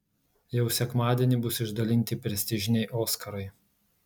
jau sekmadienį bus išdalinti prestižiniai oskarai